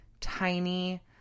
tiny